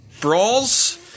brawls